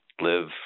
live